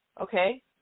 okay